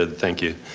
and thank you.